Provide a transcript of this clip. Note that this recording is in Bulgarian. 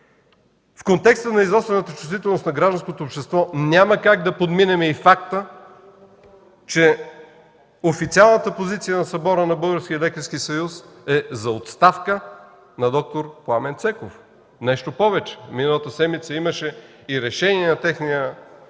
В контекста на изострената чувствителност на гражданското общество няма как да подминем и факта, че официалната позиция на Събора на Българския лекарски съюз е за оставка на д-р Пламен Цеков. Нещо повече, миналата седмица имаше и решение на техния